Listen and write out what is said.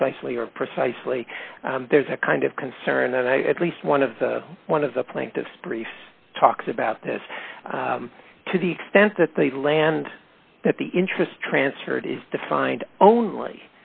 precisely or precisely there's a kind of concern that i at least one of the one of the plaintiffs briefs talks about this to the extent that the land that the interest transferred is defined only